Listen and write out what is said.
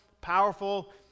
powerful